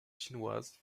chinoise